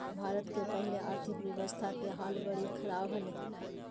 भारत के पहले आर्थिक व्यवस्था के हाल बरी ख़राब हले